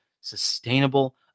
sustainable